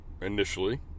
initially